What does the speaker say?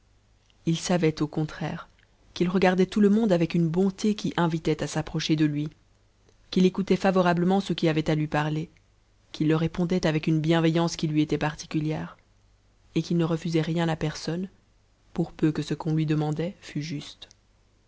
ils savaient au contraire qu'il regardait tout le monde avec une bonté qui invitait à s'approcher de lui qu'il écouia't favorablement ceux qui avaient à lui parler qu'il leur répondait avec une bienveillance qui lui était particulière et qu'il ne refusait rien à personne pour peu que ce qu'on lui demandait fût juste